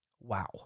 Wow